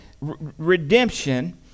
Redemption